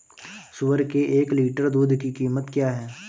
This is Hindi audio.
सुअर के एक लीटर दूध की कीमत क्या है?